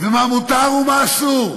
מה מותר ומה אסור.